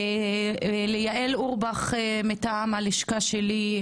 תודה ליעל אורבך מטעם הלשכה שלי,